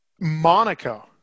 Monaco